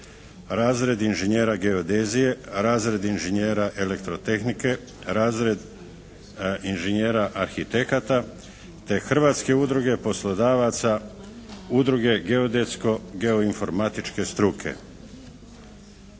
razred inžinjera geodezije, razred inžinjera elektrotehnike, razred inžinjera arhitekata te Hrvatske udruge poslodavaca, Udruge geodetsko, geoinformatičke struke.